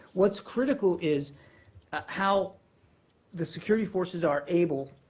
what's critical is how the security forces are able,